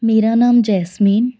ਮੇਰਾ ਨਾਮ ਜੈਸਮੀਨ